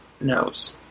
knows